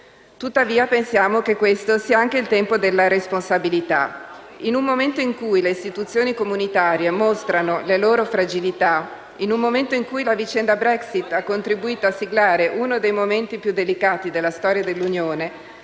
Tuttavia pensiamo anche che questo sia il tempo della responsabilità.